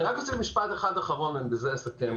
אני רק רוצה לומר משפט אחד אחרון, ובזה אסכם.